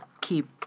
keep